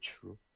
true